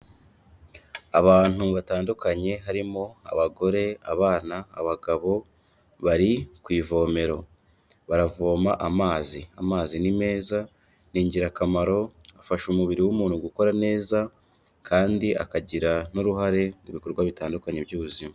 Abantu batandukanye harimo abagore, abana, abagabo bari ku ivomero, baravoma amazi, amazi ni meza ni ingirakamaro afasha umubiri w'umuntu gukora neza, kandi akagira n'uruhare mu bikorwa bitandukanye by'ubuzima.